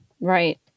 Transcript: Right